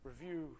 review